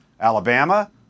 Alabama